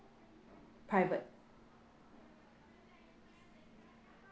private